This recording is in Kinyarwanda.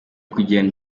kugirana